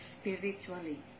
spiritually